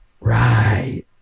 Right